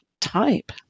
type